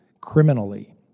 criminally